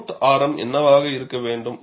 root ஆரம் என்னவாக இருக்க வேண்டும்